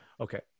Okay